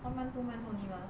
one one two months only mah